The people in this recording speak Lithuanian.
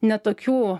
ne tokių